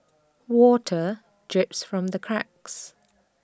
water drips from the cracks